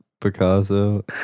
Picasso